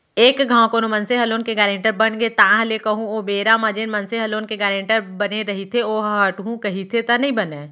एक घांव कोनो मनसे ह लोन के गारेंटर बनगे ताहले कहूँ ओ बेरा म जेन मनसे ह लोन के गारेंटर बने रहिथे ओहा हटहू कहिथे त नइ बनय